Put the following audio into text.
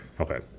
Okay